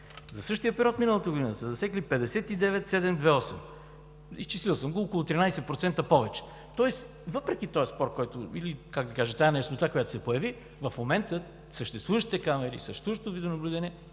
За същия период миналата година са засекли 59 728. Изчислил съм го, около 13% повече. Тоест въпреки този спор или, как да кажа, тази неяснота, която се появи, в момента съществуващите камери със същото видеонаблюдение